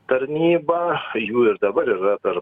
tarnybą jų ir dabar yra tarp